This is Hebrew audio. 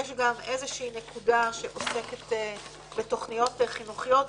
יש גם נקודה שעוסקת בתכניות חינוכיות.